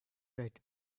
red